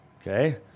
okay